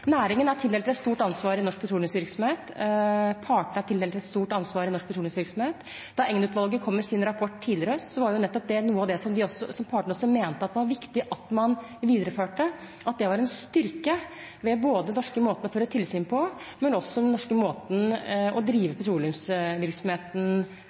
Næringen er tildelt et stort ansvar i norsk petroleumsvirksomhet. Partene er tildelt et stort ansvar i norsk petroleumsvirksomhet. Da Engen-utvalget kom med sin rapport tidligere i høst, var nettopp det også noe av det som partene mente var viktig at man videreførte, og at det var en styrke ved både den norske måten å føre tilsyn på og den norske måten å